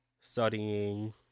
studying